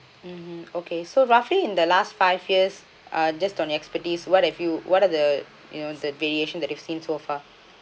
mm okay so roughly in the last five years uh just on your expertise what if you what are the you know the variation that you seen so far